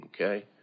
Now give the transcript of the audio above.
okay